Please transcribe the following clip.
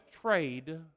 trade